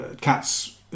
Cats